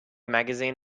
magazine